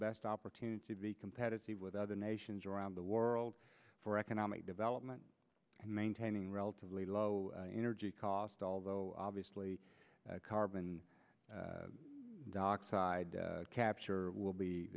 best opportunity to be competitive with other nations around the world for economic development and maintaining relatively low energy cost although obviously carbon dioxide capture will